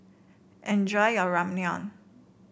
enjoy your Ramyeon